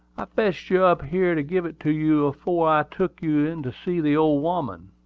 i fetched you up here to give it to you afore i took you in to see the old woman.